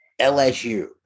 LSU